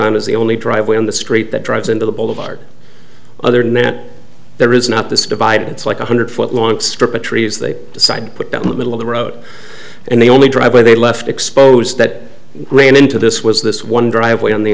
on is the only driveway on the street that drives into the boulevard other net there is not this divided it's like one hundred foot long strip of trees they decide to put down the middle of the road and the only driveway they left exposed that ran into this was this one driveway on the